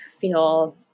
feel